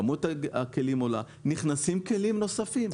כמות הכלים עולה נכנסים כלים נוספים.